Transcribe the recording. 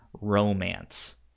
romance